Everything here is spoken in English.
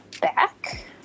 back